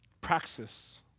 Praxis